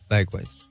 Likewise